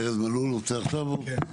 ארז מלול, בבקשה.